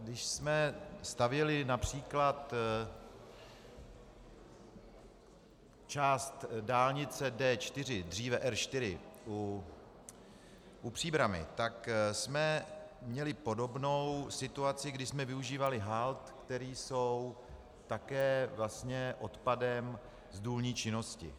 Když jsme stavěli například část dálnice D4, dříve R4, u Příbrami, tak jsme měli podobnou situaci, kdy jsme využívali hald, které jsou také vlastně odpadem z důlní činnosti.